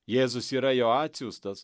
jėzus yra jo atsiųstas